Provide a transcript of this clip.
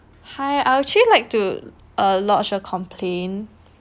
hi I actually like to uh lodge a complain